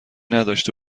نداشته